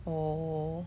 oh